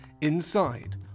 Inside